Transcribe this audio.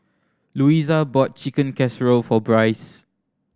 Luisa bought Chicken Casserole for Bryce